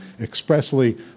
expressly